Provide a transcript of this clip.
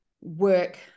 work